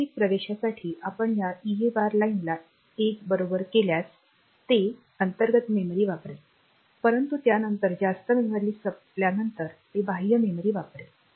प्रारंभिक प्रवेशासाठी आपण या EA बार लाइनला एक बरोबर केल्यास ते अंतर्गत मेमरी वापरेल परंतु त्यानंतर जास्त मेमरी संपल्यानंतर ते बाह्य मेमरी वापरेल